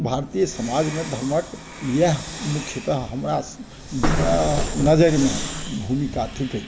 भारतीय समाजमे धर्मके इएह मुख्यतः हमरा नजरिमे भूमिका थिकै